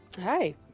Hi